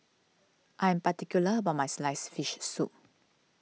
I am particular about my Sliced Fish Soup